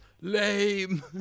lame